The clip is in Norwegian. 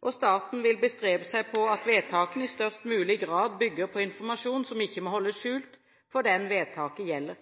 grad. Staten vil bestrebe seg på at vedtakene i størst mulig grad bygger på informasjon som ikke må holdes skjult for den vedtaket gjelder.